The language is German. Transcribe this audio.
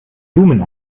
lumen